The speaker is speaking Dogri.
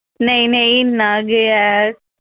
नेईं नेईं इन्ना गै ऐ